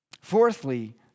Fourthly